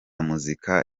muzika